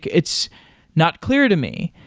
it's not clear to me.